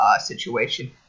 situation